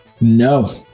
No